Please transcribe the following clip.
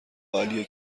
عالیه